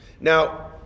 Now